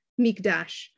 mikdash